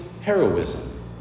heroism